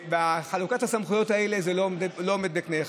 בחלוקת הסמכויות האלה, זה לא עומד בתנאי אחד.